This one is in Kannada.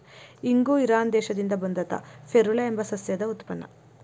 ಇಂಗು ಇರಾನ್ ದೇಶದಿಂದ ಬಂದಂತಾ ಫೆರುಲಾ ಎಂಬ ಸಸ್ಯದ ಉತ್ಪನ್ನ